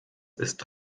ist